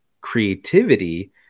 creativity